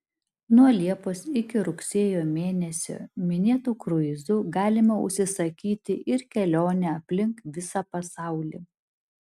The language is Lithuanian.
nuo liepos iki rugsėjo mėnesio minėtu kruizu galima užsisakyti ir kelionę aplink visą pasaulį